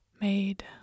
made